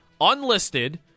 unlisted